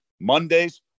Mondays